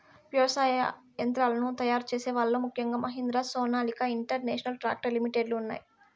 వ్యవసాయ యంత్రాలను తయారు చేసే వాళ్ళ లో ముఖ్యంగా Mahindra, Sonalika international tractor limited లు ఉన్నాయి